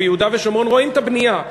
וביהודה ושומרון רואים את הבנייה.